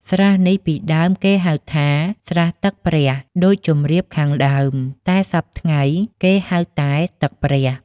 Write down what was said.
ស្រះនេះ ពីដើមគេហៅថា "ស្រះទឹកព្រះ" ដូចជម្រាបខាងដើម, តែសព្វថ្ងៃ គេហៅតែ "ទឹកព្រះ" ។